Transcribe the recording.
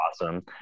awesome